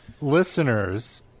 listeners